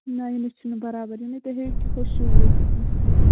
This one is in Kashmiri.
نہَ یہِ نے چھُنہٕ بَرابَر یِونٕے تُہۍ ہٲیِو یہِ کہِ ہُہ شوٗز یُس یہِ